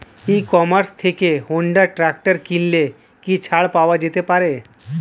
ই commerce থেকে Honda tractor কিনলে কি ছাড় পাওয়া যেতে পারে?